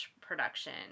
production